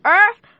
earth